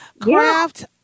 craft